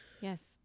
Yes